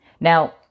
now